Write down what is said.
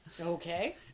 Okay